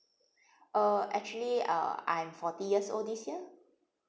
uh actually uh I'm forty years old this year